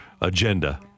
agenda